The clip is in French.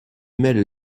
mêle